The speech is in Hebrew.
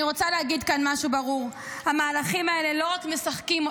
אני רוצה להגיד כאן משהו ברור: המהלכים האלה לא רק מסכנים